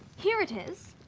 here it is.